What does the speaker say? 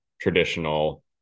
traditional